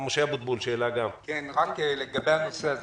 לגבי הנושא הזה